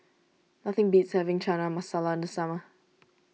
nothing beats having Chana Masala in the summer